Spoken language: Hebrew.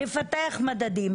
נפתח מדדים.